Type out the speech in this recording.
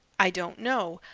i don't know,